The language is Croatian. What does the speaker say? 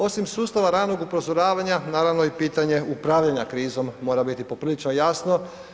Osim sustava ranog upozoravanja, naravno i pitanje upravljanja krizom mora biti poprilično jasno.